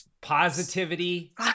positivity